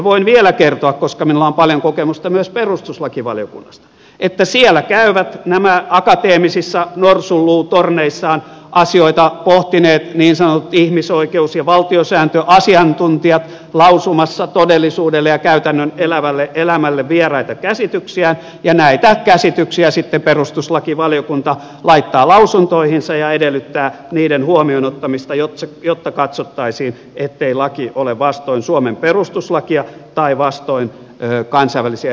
voin vielä kertoa koska minulla on paljon kokemusta myös perustuslakivaliokunnasta että siellä käyvät nämä akateemisissa norsunluutorneissaan asioita pohtineet niin sanotut ihmisoikeus ja valtiosääntöasiantuntijat lausumassa todellisuudelle ja käytännön elävälle elämälle vieraita käsityksiään ja näitä käsityksiä sitten perustuslakivaliokunta laittaa lausuntoihinsa ja edellyttää niiden huomioon ottamista jotta katsottaisiin ettei laki ole vastoin suomen perustuslakia tai vastoin kansainvälisiä ihmisoikeussopimuksia